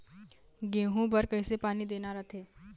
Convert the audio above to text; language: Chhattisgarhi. गेहूं बर कइसे पानी देना रथे?